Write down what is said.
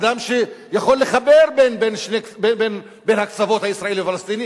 אדם שיכול לחבר בין הקצוות הישראלי והפלסטיני,